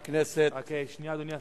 אדוני השר,